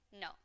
No